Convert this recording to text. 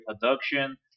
production